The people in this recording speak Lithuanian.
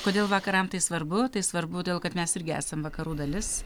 kodėl vakaram tai svarbu tai svarbu todėl kad mes irgi esam vakarų dalis